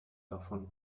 davon